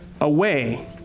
away